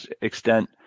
extent